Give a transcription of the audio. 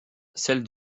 celle